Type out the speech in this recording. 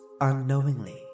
unknowingly